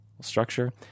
structure